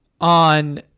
on